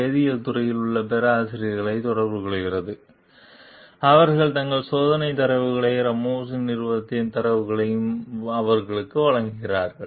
வேதியியல் துறையில் உள்ள பேராசிரியர்களைத் தொடர்புகொள்கிறார் அவர்கள் தங்கள் சோதனைகளின் தரவுகளையும் ராமோஸின் நிறுவனத்தின் தரவுகளையும் அவருக்கு வழங்குகிறார்கள்